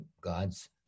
God's